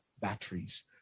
batteries